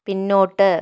പിന്നോട്ട്